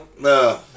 No